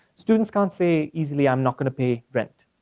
students can't say easily i'm not gonna pay rent.